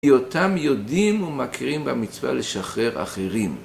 כי אותם יודעים ומכירים במצווה לשחרר אחרים.